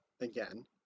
again